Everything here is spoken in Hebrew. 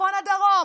צפון עד דרום,